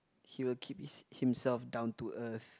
he will keep his himself down to earth